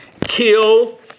Kill